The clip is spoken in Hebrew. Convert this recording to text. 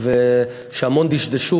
שהמון מהן דשדשו.